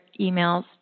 emails